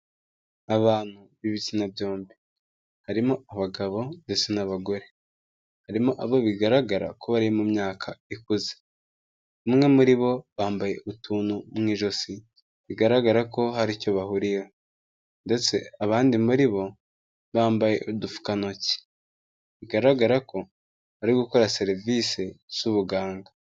Abantu b'ibitsina byombi harimo abagabo ndetse n'abagore. Harimo abo bigaragara ko bari mu myaka ikuze. Bamwe muri bo bambaye utuntu mu ijosi bigaragara ko hari icyo bahuriyeho. Ndetse abandi muri bo bambaye udupfukantoki. Bigaragara ko barigukora serivise z'ubuganga.